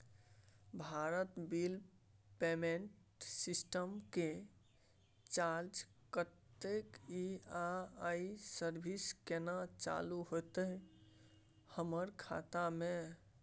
Bharat bill payment system के charge कत्ते इ आ इ सर्विस केना चालू होतै हमर खाता म?